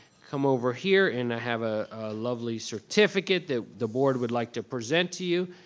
come over here, and i have a lovely certificate that the board would like to present to you,